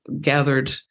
gathered